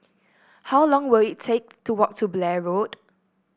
how long will it take to walk to Blair Road